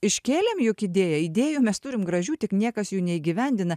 iškėlėm juk idėją idėjų mes turim gražių tik niekas jų neįgyvendina